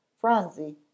Phronsie